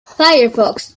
firefox